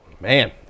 Man